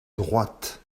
droite